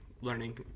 learning